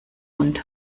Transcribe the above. mund